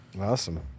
Awesome